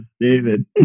David